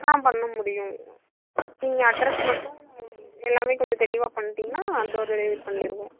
ஆ பண்ண முடியும் நீங்கள் அட்ரஸ் மட்டும் எல்லாமே கொஞ்சம் தெளிவாக பண்ணிட்டிங்கன்னா டோர் டெலிவரி பண்ணிருவோம்